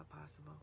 possible